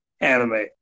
anime